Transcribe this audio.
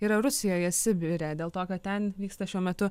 yra rusijoje sibire dėl to kad ten vyksta šiuo metu